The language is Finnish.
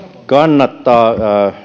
kannattaa